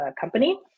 company